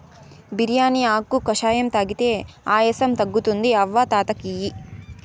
బిర్యానీ ఆకు కషాయం తాగితే ఆయాసం తగ్గుతుంది అవ్వ తాత కియి